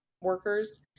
workers